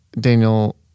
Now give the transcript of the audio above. Daniel